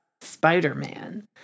Spider-Man